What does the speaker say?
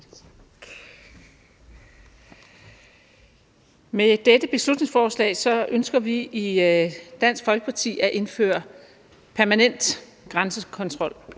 Med dette beslutningsforslag ønsker vi i Dansk Folkeparti at indføre en permanent grænsekontrol